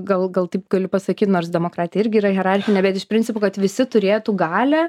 gal gal taip gali pasakyt nors demokratija irgi yra hierarchinė bet iš principo kad visi turėtų galią